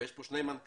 ויש פה שני מנכ"לים